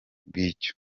bw’icyo